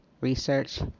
research